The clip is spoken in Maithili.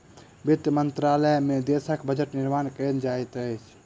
वित्त मंत्रालय में देशक बजट निर्माण कयल जाइत अछि